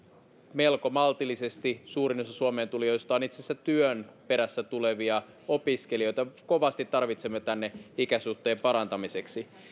melko maltillisesti suurin osa suomeen tulijoista on itse asiassa työn perässä tulevia opiskelijoita joita kovasti tarvitsemme tänne ikäsuhteen parantamiseksi